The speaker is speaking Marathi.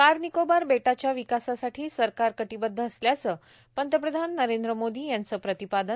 कार निकोबार बेटाच्या विकासासाठी सरकार कटिबध्द असल्याचं पंतप्रधान नरेंद्र मोदी यांचं प्रतिपादन